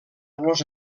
los